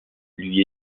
lui